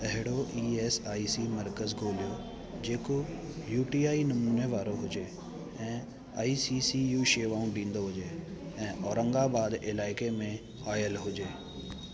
अहिड़ो E S I C मर्कज़ ॻोल्हियो जेको यू टी आई नमूने वारो हुजे ऐं आई सी सी यू शेवाऊं ॾींदो हुजे ऐं औरंगाबाद इलाइक़े में आयल हुजे